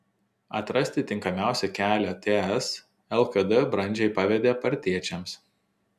atrasti tinkamiausią kelią ts lkd brandžiai pavedė partiečiams